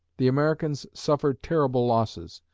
the americans suffered terrible losses.